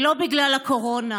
ולא בגלל הקורונה.